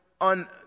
on